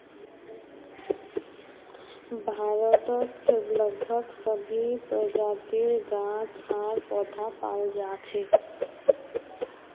भारतत लगभग सभी प्रजातिर गाछ आर पौधा पाल जा छेक